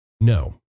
No